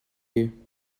you